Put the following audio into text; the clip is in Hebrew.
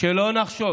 שלא נחשוב